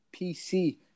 PC